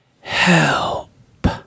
help